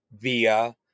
Via